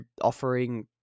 offering